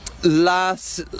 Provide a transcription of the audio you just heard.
last